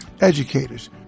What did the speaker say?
Educators